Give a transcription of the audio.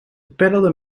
peddelden